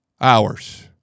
hours